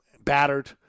battered